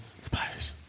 Splash